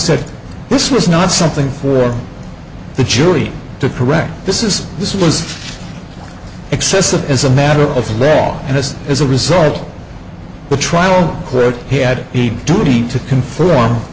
said this was not something for the jury to correct this is this was excessive as a matter of bad and as as a result of the trial he had the duty to conf